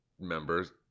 members